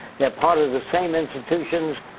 they're part of the same institutions.